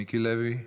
מיקי לוי,